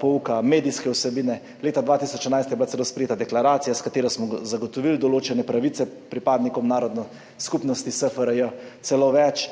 pouka, medijske vsebine. Leta 2011 je bila celo sprejeta deklaracija, s katero smo zagotovili določene pravice pripadnikom narodnih skupnosti SFRJ, celo več,